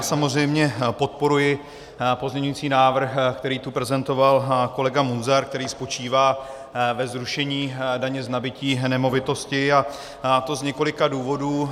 Samozřejmě podporuji pozměňovací návrh, který tu prezentoval kolega Munzar, který spočívá ve zrušení daně z nabytí nemovitosti, a to z několika důvodů.